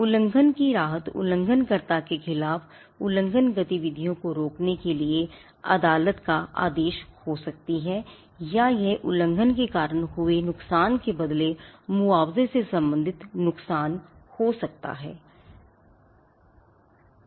उल्लंघन की राहत उल्लंघनकर्ता के खिलाफ उल्लंघन गतिविधियों को रोकने के लिए अदालत का आदेश हो सकती है या यह उल्लंघन के कारण हुए नुकसान के बदले मुआवजे से संबंधित नुकसान भी हो सकता है